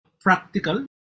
practical